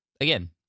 again